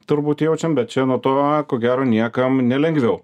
turbūt jaučiam bet čia nuo to ko gero niekam nelengviau